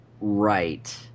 right